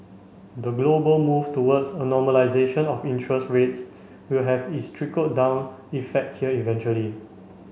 the global move towards a normalisation of interest rates will have its trickle down effect here eventually